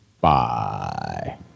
Bye